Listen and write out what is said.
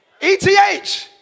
ETH